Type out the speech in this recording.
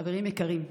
חברים יקרים,